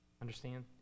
Understand